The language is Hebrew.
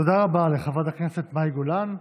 תודה רבה לחברת הכנסת מאי גולן.